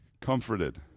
comforted